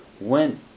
went